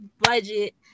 budget